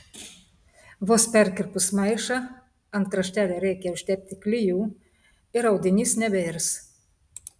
vos perkirpus maišą ant kraštelio reikia užtepti klijų ir audinys nebeirs